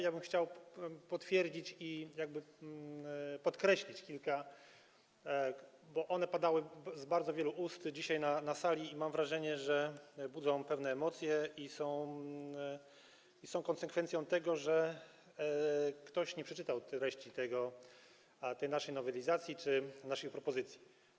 Ja bym chciał potwierdzić i jakby podkreślić kilka, bo to padało z bardzo wielu ust dzisiaj na sali - mam wrażenie, że one budzą pewne emocje i jest to konsekwencja tego, że ktoś nie przeczytał treści tej naszej nowelizacji czy naszej propozycji.